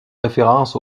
référence